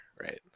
right